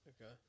Okay